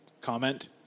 comment